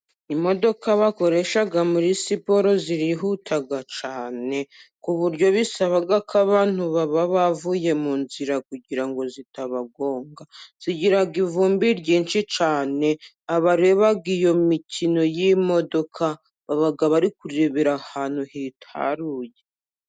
Imodoka bakoresha muri siporo zirihuta cyane, ku buryo bisaba ko abantu baba bavuye mu nzira, kugira ngo zitabagonga, zigira ivumbi ryinshi cyane. Abareba iyo mikino y'imodoka baba bari kurebera ahantu hitaruye.